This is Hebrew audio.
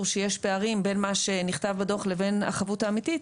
שיש פערים בין מה שנכתב בדוח לבין החבות האמיתית,